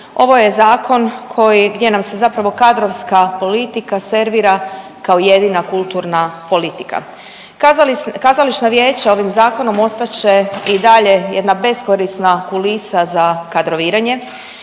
ovo je zakon koji, gdje nam se zapravo kadrovska politika servira kao jedina kulturna politika. Kazališna vijeća ovim zakonom ostat će i dalje jedna beskorisna kulisa za kadroviranje.